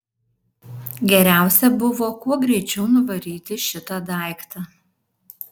geriausia buvo kuo greičiau nuvaryti šitą daiktą